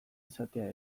izatea